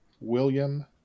William